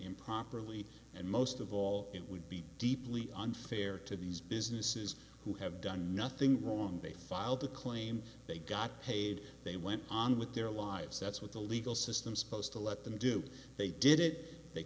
improperly and most of all it would be deeply unfair to these businesses who have done nothing wrong they filed a claim they got paid they went on with their lives that's what the legal i'm supposed to let them do they did it they